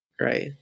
right